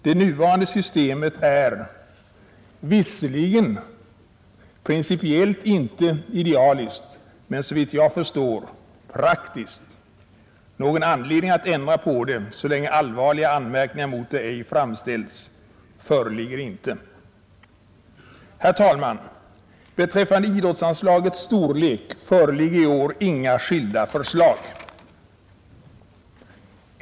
Det nuvarande systemet är visserligen principiellt inte idealiskt, men såvitt jag förstår praktiskt. Någon anledning att ändra på det så länge allvarliga anmärkningar mot det ej framställts föreligger inte. Herr talman! Beträffande idrottsanslagets storlek föreligger i år inga skilda förslag.